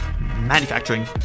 manufacturing